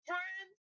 Friends